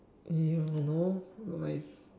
!eww! no not nice